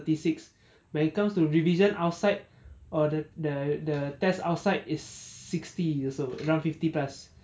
thirty six when it comes to revision outside or the the the test outside is sixty or so around fifty plus